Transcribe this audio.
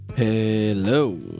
Hello